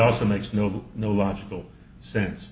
also makes no no logical sense